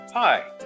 Hi